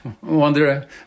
wonder